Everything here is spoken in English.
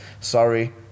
sorry